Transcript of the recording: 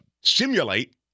simulate